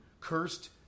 Cursed